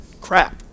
crap